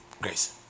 Grace